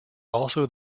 also